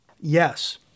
Yes